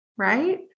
Right